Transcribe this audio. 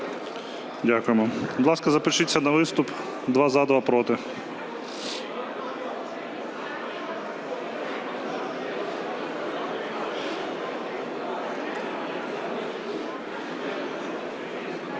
Дякуємо. Будь ласка, запишіться на виступ: два – за, два – проти.